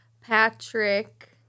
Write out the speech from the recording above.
Patrick